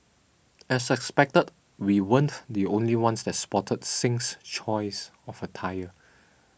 as expected we weren't the only ones that spotted Singh's choice of attire